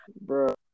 Bro